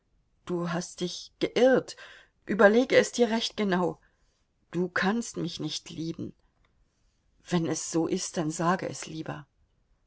du hast dich geirrt überlege es dir recht genau du kannst mich nicht lieben wenn es so ist dann sage es lieber